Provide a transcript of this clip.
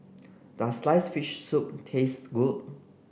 does sliced fish soup taste good